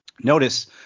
notice